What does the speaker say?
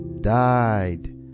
died